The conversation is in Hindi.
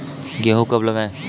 गेहूँ कब लगाएँ?